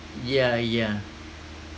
yeah yeah